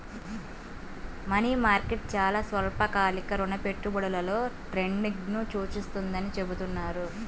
money market చాలా స్వల్పకాలిక రుణ పెట్టుబడులలో ట్రేడింగ్ను సూచిస్తుందని చెబుతున్నారు